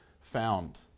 found